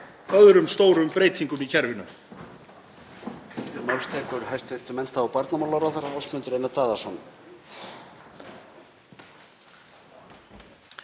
öðrum stórum breytingum í kerfinu.